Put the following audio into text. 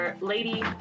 lady